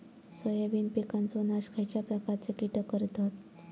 Soybean पिकांचो नाश खयच्या प्रकारचे कीटक करतत?